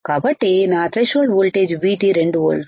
కాబట్టి నా threshold voltage VT2 వోల్ట్లు